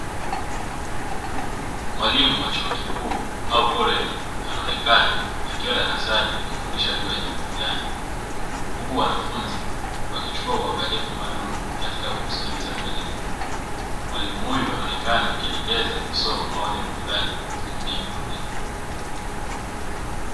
Mwalimu wa chuo kikuu au koleji anaonekana akiwa darasani akifundisha juu ya jambo fulani huku wabafunzi wakichukua uangalifu maalumu katika kumsikiliza mwalimu, anaonekana akielekeza somo au jambo fulani kwa kutumia projekta.